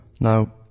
Now